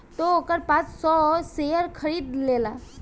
तू ओकर पाँच सौ शेयर खरीद लेला